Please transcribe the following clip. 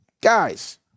Guys